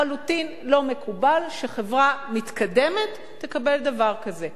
לחלוטין לא מקובל שחברה מתקדמת תקבל דבר כזה.